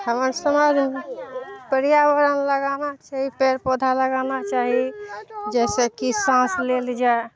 हमर समाजमे पर्यावरण लगाना चाही पेड़ पौधा लगाना चाही जैसेकि साँस लेल जाइ